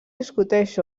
discuteix